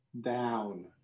down